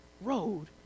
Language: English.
road